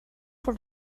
for